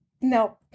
No